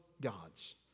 God's